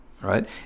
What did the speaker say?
right